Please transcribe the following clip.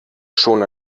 schon